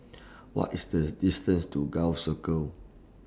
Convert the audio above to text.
What IS The distance to Gul Circle